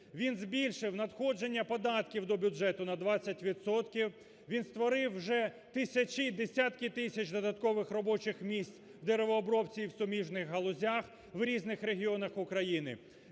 Він збільшив надходження податків до бюджету на 20 відсотків, він створив вже тисячі і десятки тисяч додаткових робочих місць в деревообробці, і в суміжних галузях в різних регіонах України.